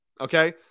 Okay